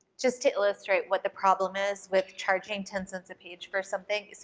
just to illustrate what the problem is with charging ten cents a page for something,